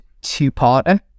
two-parter